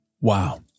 Wow